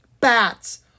bats